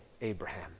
Abraham